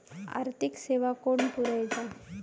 आर्थिक सेवा कोण पुरयता?